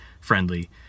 friendly